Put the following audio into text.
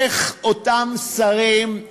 איך אותם שרים,